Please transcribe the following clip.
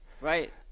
Right